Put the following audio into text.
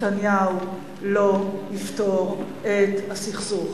נתניהו לא יפתור את הסכסוך.